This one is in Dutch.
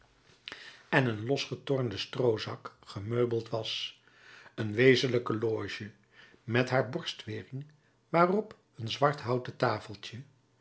en een losgetornden stroozak gemeubeld was een wezenlijke loge met haar borstwering waarop een zwarthouten tafeltje